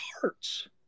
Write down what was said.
hearts